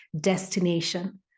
destination